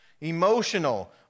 emotional